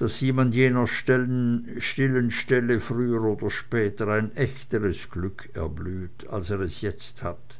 daß ihm an jener stillen stelle früher oder später ein echteres glück erblüht als er es jetzt hat